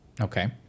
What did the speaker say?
Okay